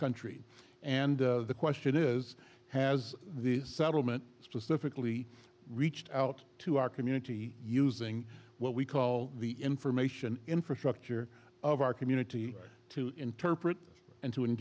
country and the question is has these settlement specifically reached out to our community using what we call the information infrastructure of our community to interpret and to